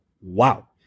Wow